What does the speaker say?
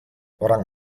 orang